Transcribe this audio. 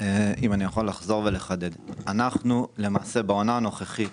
אם אני יכול לחזור ולחדד, בעונה הנוכחית